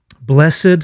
Blessed